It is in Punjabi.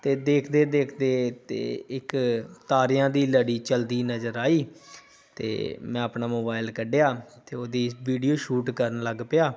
ਅਤੇ ਦੇਖਦੇ ਦੇਖਦੇ ਤੇ ਇੱਕ ਤਾਰਿਆਂ ਦੀ ਲੜੀ ਚਲਦੀ ਨਜ਼ਰ ਆਈ ਅਤੇ ਮੈਂ ਆਪਣਾ ਮੋਬਾਈਲ ਕੱਢਿਆ ਅਤੇ ਉਹਦੀ ਵੀਡੀਓ ਸ਼ੂਟ ਕਰਨ ਲੱਗ ਪਿਆ